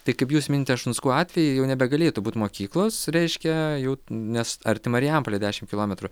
tai kaip jūs minite šunskų atvejį jau nebegalėtų būt mokyklos reiškia jau nes arti marijampolė dešim kilometrų